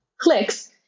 clicks